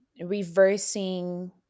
reversing